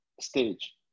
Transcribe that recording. stage